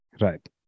Right